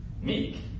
Meek